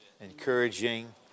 encouraging